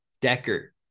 Decker